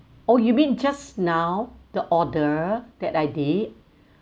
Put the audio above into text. oh you mean just now the order that I did